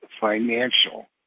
financial